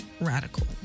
Radical